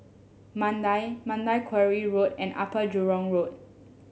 Mandai Mandai Quarry Road and Upper Jurong Road